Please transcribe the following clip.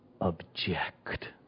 object